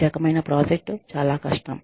ఈ రకమైన ప్రాజెక్ట్ చాలా కష్టం